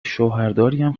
شوهرداریم